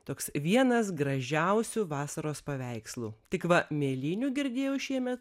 toks vienas gražiausių vasaros paveikslų tik va mėlynių girdėjau šiemet